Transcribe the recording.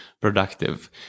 productive